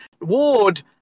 Ward